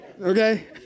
Okay